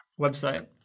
Website